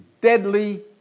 deadly